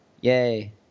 Yay